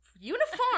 Uniform